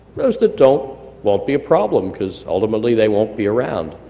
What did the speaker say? those that don't won't be a problem because ultimately they won't be around.